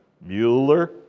Mueller